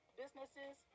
businesses